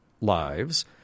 lives